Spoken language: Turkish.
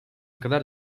kadar